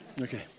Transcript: Okay